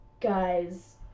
guys